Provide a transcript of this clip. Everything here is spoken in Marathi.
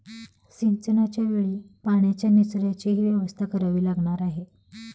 सिंचनाच्या वेळी पाण्याच्या निचर्याचीही व्यवस्था करावी लागणार आहे